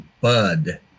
bud